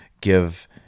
give